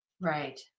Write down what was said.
Right